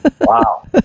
Wow